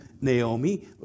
Naomi